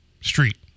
Street